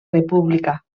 república